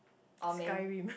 or may